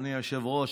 אדוני היושב-ראש,